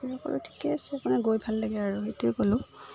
তেনেকৈ ঠিকে আছে আপোনাৰ গৈ ভাল লাগে আৰু সেইটোৱে ক'লোঁ